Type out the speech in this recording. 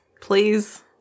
Please